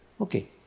okay